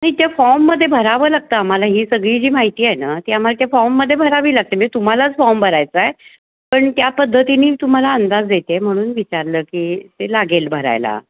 नाही त्या फॉर्ममध्ये भरावं लागतं आम्हाला ही सगळी जी माहिती आहे ना ती आम्हाला त्या फॉर्ममध्ये भरावी लागते म्हणजे तुम्हालाच फॉर्म भरायचं आहे पण त्या पद्धतीने तुम्हाला अंदाज देते म्हणून विचारलं की ते लागेल भरायला